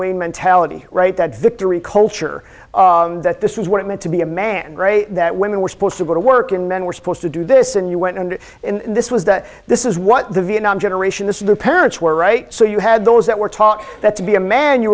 wayne mentality right that victory culture that this was what it meant to be a man great that women were supposed to go to work and men were supposed to do this and you went and this was that this is what the vietnam generation this is the parents were right so you had those that were taught that to be a man you